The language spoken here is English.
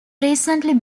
recently